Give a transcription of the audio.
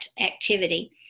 activity